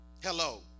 Hello